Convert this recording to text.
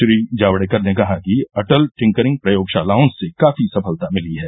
श्री जावड़ेकर ने कहा कि अटल टिंकरिंग प्रयोगशालाओं से काफी सफलता मिली है